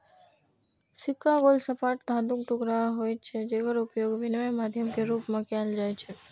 सिक्का गोल, सपाट धातुक टुकड़ा होइ छै, जेकर उपयोग विनिमय माध्यम के रूप मे कैल जाइ छै